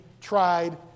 tried